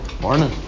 Morning